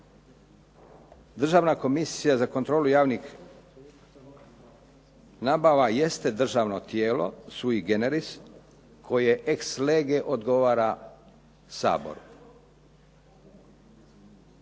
Državna komisija za kontrolu javnih nabavaka jest državno tijelo sui generis koji ex lege odgovara Saboru.